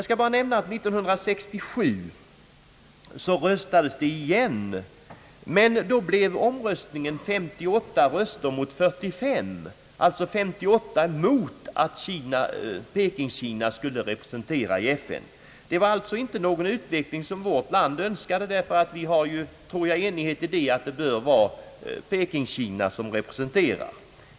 skulle representeras i FN. Utvecklingen har sålunda inte varit den som vårt land önskar. Jag tror att vi här är ense om att Peking bör representera Kina.